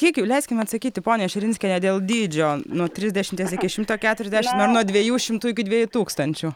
kiek leiskime atsakyti ponia širinskiene dėl dydžio nuo trisdešimties iki šimto keturiasdešimt ar nuo dvejų šimtų iki dviejų tūkstančių